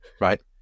Right